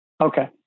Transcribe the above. Okay